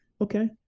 Okay